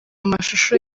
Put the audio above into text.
amashusho